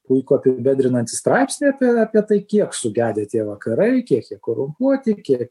puikų apibendrinantį straipsnį apie apie tai kiek sugedę tie vakarai kiek jie korumpuoti kiek